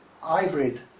hybrid